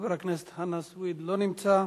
חבר הכנסת חנא סוייד לא נמצא,